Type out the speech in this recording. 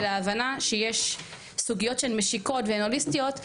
אלא הבנה שיש סוגיות שהן משיקות והוליסטיות,